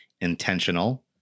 intentional